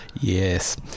Yes